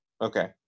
Okay